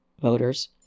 voters